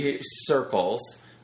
circles